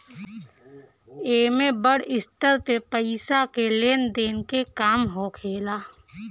एमे बड़ स्तर पे पईसा के लेन देन के काम होखेला